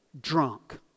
drunk